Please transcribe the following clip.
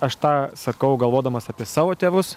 aš tą sakau galvodamas apie savo tėvus